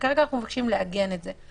וכרגע אנחנו מבקשים לעגן את זה.